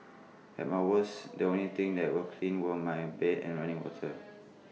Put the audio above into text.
at my worst the only things that were clean were my bed and running water